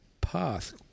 path